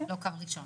ולא ראשון.